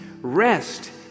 rest